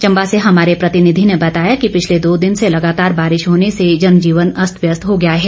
चम्बा से हमारे प्रतिनिधि ने बताया कि पिछले दो दिन से लगातार बारिश होने से जनजीवन अस्तव्यस्त हो गया है